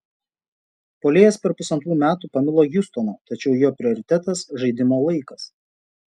puolėjas per pusantrų metų pamilo hjustoną tačiau jo prioritetas žaidimo laikas